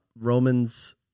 Romans